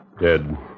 Dead